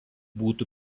būtų